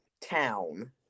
town